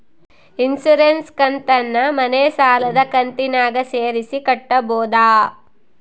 Insurance ಕಂತನ್ನ ಮನೆ ಸಾಲದ ಕಂತಿನಾಗ ಸೇರಿಸಿ ಕಟ್ಟಬೋದ?